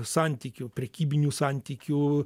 santykių prekybinių santykių